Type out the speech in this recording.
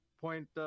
point